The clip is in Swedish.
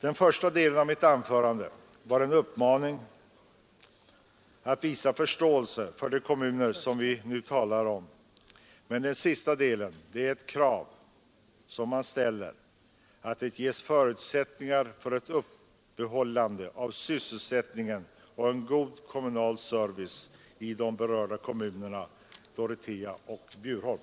Den första delen av mitt anförande var en uppmaning att visa förståelse för de kommuner som vi nu talar om, men den sista delen är ett krav att det ges förutsättningar för att upprätthålla sysselsättningen och en god kommunal service i de berörda kommunerna, Dorotea och Bjurholm.